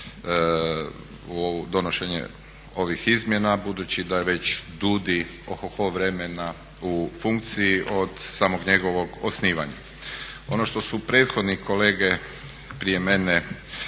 u donošenje ovih izmjena budući da je već DUUDI oho, ho vremena u funkciji od samog njegovog osnivanja. Ono što su prethodni kolege prije mene